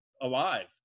alive